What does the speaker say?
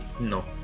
No